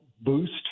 boost